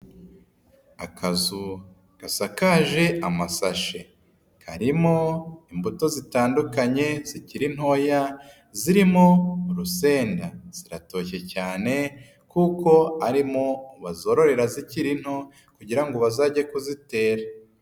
Akazu gasakaje amasashe. Karimo imbuto zitandukanye zikiri ntoya zirimo urusenda, ziratoshye cyane kuko ari mo bazororera zikiri nto kugira ngo bazajye kuzitera.